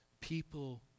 people